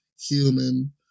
human